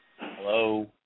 Hello